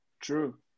True